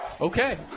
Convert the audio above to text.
Okay